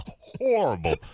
horrible